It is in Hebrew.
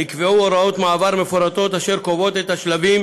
נקבעו הוראות מעבר מפורטות אשר קובעות את השלבים